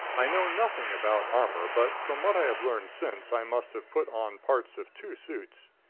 i know nothing about armor, but from what i have learned since, i must have put on parts of two suits.